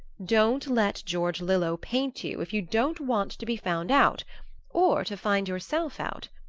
don't let george lillo paint you if you don't want to be found out or to find yourself out.